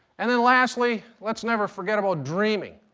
and then, lastly, let's never forget about dreaming.